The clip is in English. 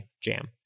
jam